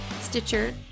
Stitcher